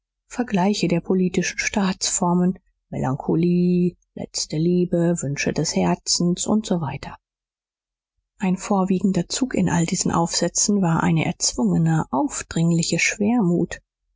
vergleiche der politischen staatsformen melancholie letzte liebe wünsche des herzens usw ein vorwiegender zug in all diesen aufsätzen war eine erzwungene aufdringliche schwermut